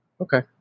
Okay